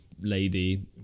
lady